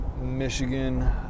Michigan